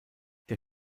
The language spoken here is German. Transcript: der